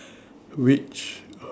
which